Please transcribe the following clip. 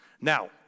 Now